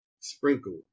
sprinkled